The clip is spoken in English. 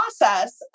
process